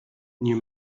new